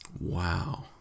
Wow